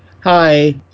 hi